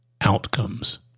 outcomes